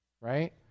right